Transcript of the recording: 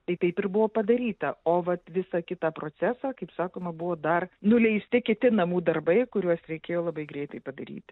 tai taip ir buvo padaryta o vat visą kitą procesą kaip sakoma buvo dar nuleisti kiti namų darbai kuriuos reikėjo labai greitai padaryti